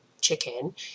chicken